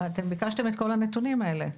אתם ביקשתם את כל הנתונים האלה.